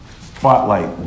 spotlight